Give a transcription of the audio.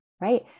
right